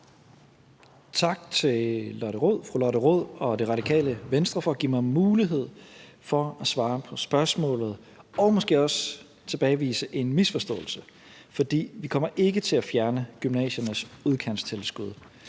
Tak til fru Lotte Rod og Radikale Venstre for at give mig mulighed for at svare på spørgsmålet og måske også tilbagevise en misforståelse. For vi kommer ikke til at fjerne gymnasiernes udkantstilskud.